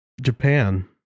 Japan